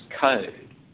code